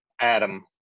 Adam